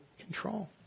control